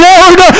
Lord